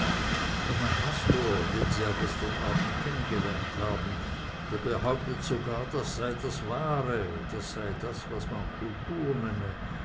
und mein pastor den sie ja gestern abend kennengelernt haben der behauptet sogar das sei das wahre das sei das was man kultur nenne